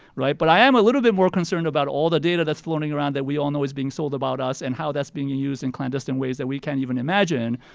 right? but i am a little bit more concerned about all the data that's floating around that we all know is being sold about us and how that's being used in clandestine ways that we can't even imagine.